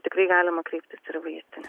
tikrai galima kreiptis ir į vaistinę